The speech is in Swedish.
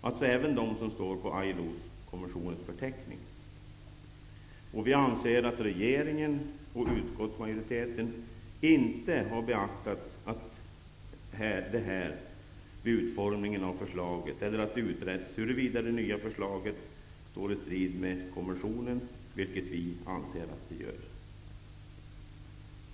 alltså även de som finns med i ILO-konventionens förteckning. Vi anser att regeringen och utskottsmajoriteten inte har beaktat det här vid utformningen av förslaget och att det inte har utretts huruvida det nya förslaget står i strid med konventionen, vilket vi anser att det gör.